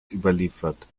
überliefert